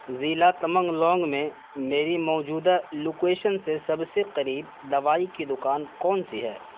ضلع تمنگلونگ میں میری موجودہ لوکیشن سے سب سے قریب دوائی کی دکان کون سی ہے